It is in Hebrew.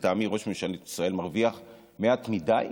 לטעמי ראש ממשלת ישראל מרוויח מעט מדי.